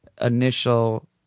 initial